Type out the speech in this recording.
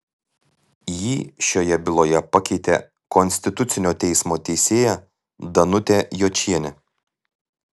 jį šioje byloje pakeitė konstitucinio teismo teisėja danutė jočienė